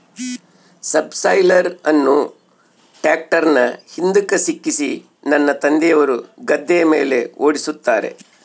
subsoiler ಅನ್ನು ಟ್ರ್ಯಾಕ್ಟರ್ನ ಹಿಂದುಕ ಸಿಕ್ಕಿಸಿ ನನ್ನ ತಂದೆಯವರು ಗದ್ದೆಯ ಮೇಲೆ ಓಡಿಸುತ್ತಾರೆ